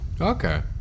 Okay